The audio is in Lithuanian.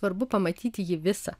svarbu pamatyti jį visą